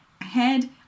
ahead